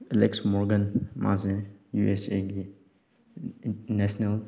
Alex Morgan ꯃꯥꯁꯦ U S ꯑꯦꯒꯤ national